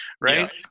right